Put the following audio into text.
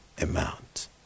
amount